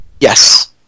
Yes